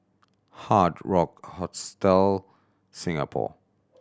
Hard Rock Hostel Singapore